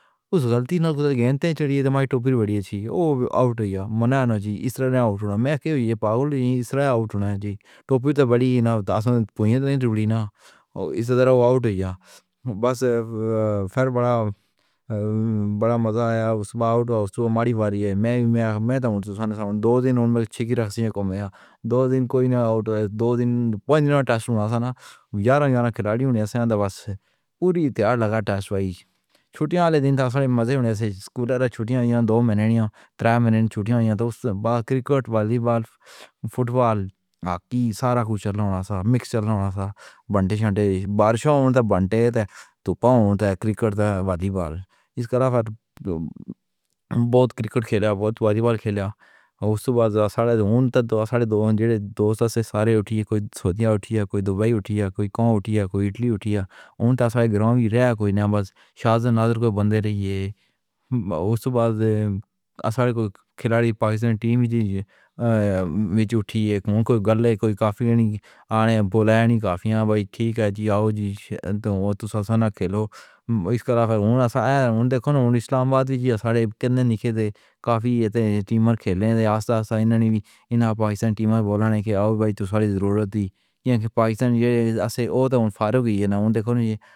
اوس غلطی نہیں گیند چڑھی ہے، تمہاری ٹوپی بڑی اچھی ہے او۔ اوٹ ہے منانا جی اِس طرح سے۔ میں کہاں یہ پاگل نہیں سرا۔ اوٹ ہونا ہے جی، ٹوپی تو بڑی نہیں ہے، تو ہماری نہیں۔ اِس طرح اوٹ ہے یا بس؟ فرماں، بڑا مزہ آیا اِس سے باہر ہوتا ہو۔ ماری واری ہے میں... میں... میں تو سن سنا دو دن چھُٹیاں کم ہیں یا دو دن کوئی نہ آوے۔ دو دن پونے دن ٹیسٹ ہونا تھا نا یارو یا کھلاڑیوں سے دا بس پوری تیار لگا ڈیسک۔ بھائی، چھُٹیاں والے دن مزے سے سکول رکھا۔ چھُٹیاں آئیں یا دو مہینے یا تھوڑے مہینے چھُٹیاں آئیں گی، تو اِس بعد کرکٹ، والی بال، فٹبال، ہاکی سرا کو چلانا چاہیے۔ میکس چلانا چاہیے۔ بنٹے، ننٹے، بارشوں تک بنٹے تھے۔ دھوپ ہو تو کرکٹ، والی بال اِس کرا سکتا ہے۔ تو بہت کرکٹ کھیلا، بہت والی بال کھیلا۔ اِس کے بعد صرف ساڑھے دو... ساڑھے دو ہیں جو سارے اٹھیے۔ کوئی سونے اٹھے یا کوئی دبئی اٹھی یا کوئی گاؤں اٹھی یا کوئی اٹلی اٹھی جا۔ تو گھروں میں رہ، کوئی نہیں۔ بس شاہناز کو بند کر دیا۔ اِس بعد سارے کچھ کھلاڑی پاکستانی ٹیمیں آہ میں اٹھیں گے۔ کوئی گالاں کوئی؟ کافی نہیں بولے گیا۔ کافی بھائی ٹھیک ہے جی۔ آو جی، تو ساسا نہ کھیلو، ماس کرا سکتا ہے۔ اِسے دیکھنا اسلام آباد کی طرح قریب نہیں تھے۔ کافی ٹیمر کھیلنے دے آس پاس۔ انہوں نے بھی انہیں پاکستانی ٹیمیں بولنا۔ کہ آؤ بھائی، تُسیاں ضرورت تھی کہ پاکستان آسے۔ اوٹ ہوئے فارغ ہیں یا نہیں؟ دیکھو نہیں